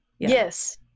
yes